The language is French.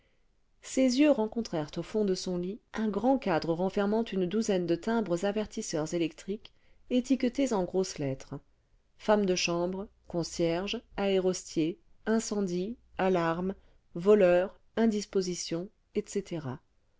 ses yeux rencontrèrent au fond de son ht une grand cadre reufer niant une douzaine de timbres avertisseurs électriques étiquetés en grosses lettres femme de chambre concierge aérostier lncendie alarme voleurs lndàsp osition etc